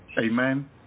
Amen